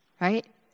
right